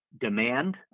demand